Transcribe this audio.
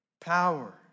Power